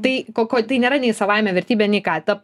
tai ko ko tai nėra nei savaime vertybė nei ką ta